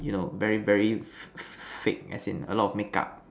you know very very Fa~ fake as in a lot of makeup